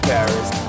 Paris